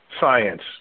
science